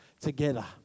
together